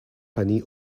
penny